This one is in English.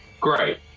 Great